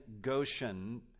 Goshen